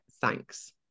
Thanks